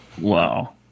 Wow